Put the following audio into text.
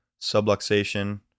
subluxation